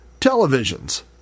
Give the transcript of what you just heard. televisions